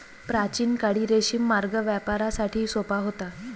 प्राचीन काळी रेशीम मार्ग व्यापारासाठी सोपा होता